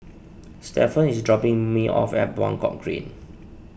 Stephan is dropping me off at Buangkok Green